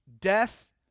Death